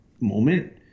moment